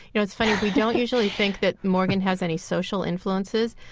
you know it's funny. we don't usually think that morgan has any social influences,